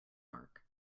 mark